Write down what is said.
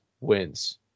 wins